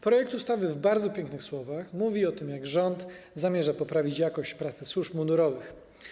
Projekt ustawy w bardzo pięknych słowach mówi o tym, jak rząd zamierza poprawić jakość pracy służb mundurowych.